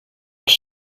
els